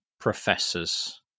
professors